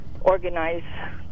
organize